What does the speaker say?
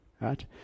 right